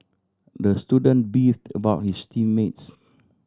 the student beefed about his team mates